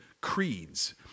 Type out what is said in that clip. creeds